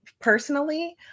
personally